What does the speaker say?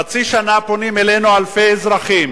חצי שנה פונים אלינו אלפי אזרחים